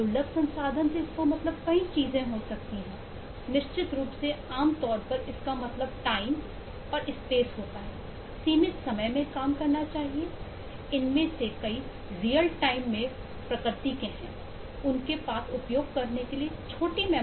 दुर्लभ संसाधन से इसका मतलब कई चीजें हो सकती हैं निश्चित रूप से आमतौर पर इसका मतलब टाइम